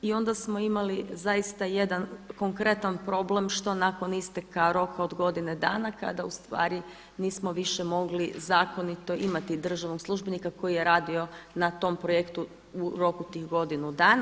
I onda smo imali zaista jedan konkretan problem što nakon isteka roka od godine dana kada u stvari nismo više mogli zakonito imati državnog službenika koji je radio na tom projektu u roku tih godinu dana.